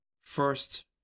First